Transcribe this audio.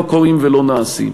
לא קורים ולא נעשים.